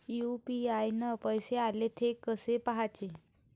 UPI न पैसे आले, थे कसे पाहाचे?